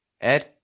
Ed